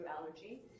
allergy